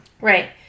Right